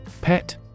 Pet